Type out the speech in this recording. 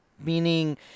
meaning